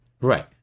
right